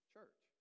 Church